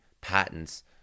patents